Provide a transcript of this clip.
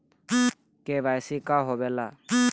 KYC का होवेला?